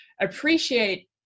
appreciate